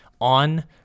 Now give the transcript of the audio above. on